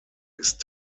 ist